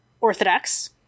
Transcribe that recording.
orthodox